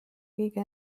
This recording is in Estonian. kõige